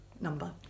number